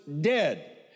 dead